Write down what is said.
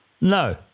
No